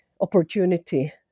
opportunity